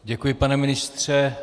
Děkuji, pane ministře.